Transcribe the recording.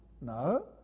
No